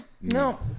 No